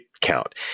count